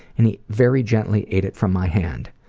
and he very gently ate it from my hand.